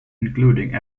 including